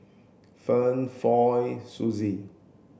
Ferne Floy Susie